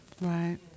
right